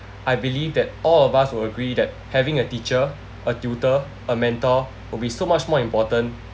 I believe that all of us will agree that having a teacher a tutor a mentor will be so much more important